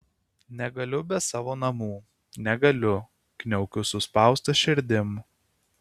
negaliu be savo namų negaliu kniaukiu suspausta širdim